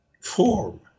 form